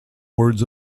words